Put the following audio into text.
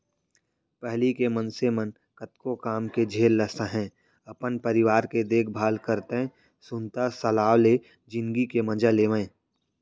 पहिली के मनसे मन कतको काम के झेल ल सहयँ, अपन परिवार के देखभाल करतए सुनता सलाव ले जिनगी के मजा लेवयँ